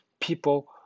people